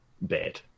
bad